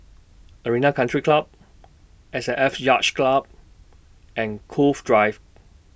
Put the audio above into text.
Arena Country Club S A F Yacht Club and Cove Drive